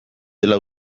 dela